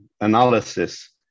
analysis